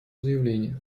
заявление